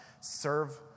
serve